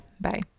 Bye